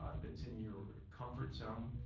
ah that's in your comfort zone.